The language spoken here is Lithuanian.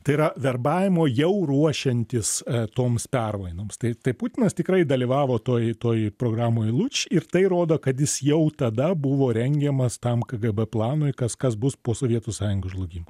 tai yra verbavimo jau ruošiantis toms permainoms tai tai putinas tikrai dalyvavo toj toj programoj luč ir tai rodo kad jis jau tada buvo rengiamas tam kgb planui kas kas bus po sovietų sąjungos žlugimo